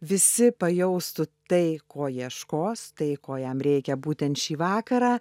visi pajaustų tai ko ieškos tai ko jam reikia būtent šį vakarą